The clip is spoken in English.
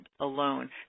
alone